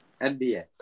NBA